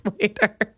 later